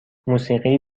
موسیقی